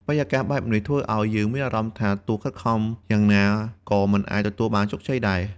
បរិយាកាសបែបនេះអាចធ្វើឲ្យយើងមានអារម្មណ៍ថា ទោះខិតខំយ៉ាងណាក៏មិនអាចទទួលជោគជ័យបានដែរ។